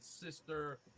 sister